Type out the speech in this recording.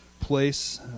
place